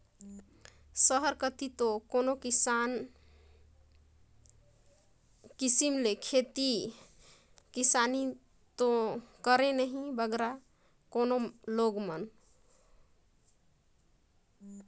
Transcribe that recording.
सहर कती दो कोनो किसिम ले खेती किसानी दो करें नई बगरा कोनो मइनसे मन